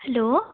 hello